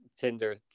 tinder